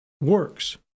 works